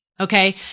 Okay